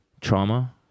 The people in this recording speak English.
trauma